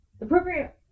appropriate